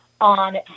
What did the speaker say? on